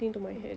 mm